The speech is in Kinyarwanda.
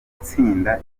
gutsinda